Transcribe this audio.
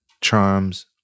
Charms